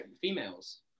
females